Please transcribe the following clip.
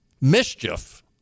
mischief